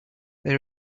there